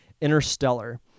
Interstellar